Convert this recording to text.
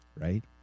right